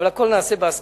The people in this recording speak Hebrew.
אבל את הכול נעשה בהסכמה.